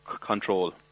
control